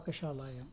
पाकशालायाम्